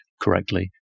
correctly